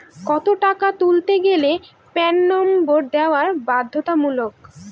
কত টাকা তুলতে গেলে প্যান নম্বর দেওয়া বাধ্যতামূলক?